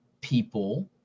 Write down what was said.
people